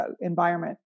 environment